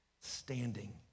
standing